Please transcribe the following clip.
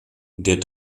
der